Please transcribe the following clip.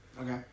Okay